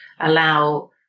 allow